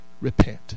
Repent